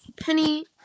penny